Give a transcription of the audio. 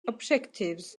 objectives